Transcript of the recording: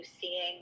seeing